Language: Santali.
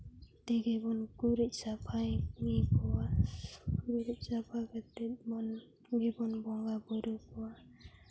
ᱛᱮᱜᱮᱵᱚᱱ ᱜᱩᱨᱤᱡ ᱥᱟᱯᱷᱟᱭ ᱜᱟᱹᱭ ᱠᱚᱣᱟᱜ ᱜᱩᱨᱤᱡ ᱥᱟᱯᱷᱟ ᱠᱟᱛᱮ ᱵᱚᱱ ᱠᱚᱜᱮ ᱵᱚᱱ ᱵᱚᱸᱜᱟᱼᱵᱳᱨᱳ ᱠᱚᱣᱟ